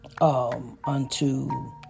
unto